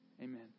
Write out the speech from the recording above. Amen